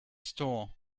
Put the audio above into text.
store